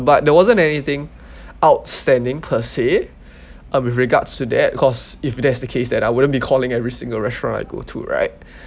but there wasn't anything outstanding per se uh with regards to that cause if that's the case then I wouldn't be calling every single restaurant I go to right